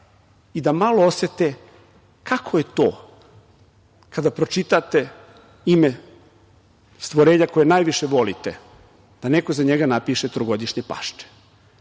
i da malo osete kako je to kada pročitate ime stvorenja koje najviše volite da neko za njega napiše - trogodišnje pašče.